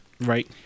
Right